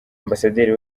ambasaderi